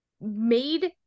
made